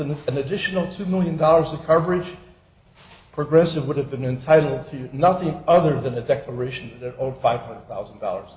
t an additional two million dollars of coverage progressive would have been entitle to nothing other than a declaration over five hundred thousand dollars